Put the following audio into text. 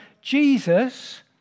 Jesus